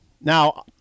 Now